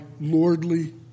lordly